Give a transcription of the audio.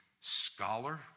scholar